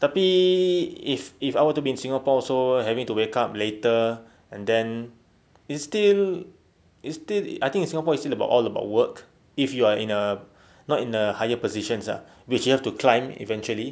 tapi if if I want to be in singapore also having to wake up later and then it still it still I think in singapore it still all about work if you are in the not in the higher position ah which you have to climb eventually